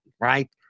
right